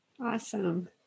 Awesome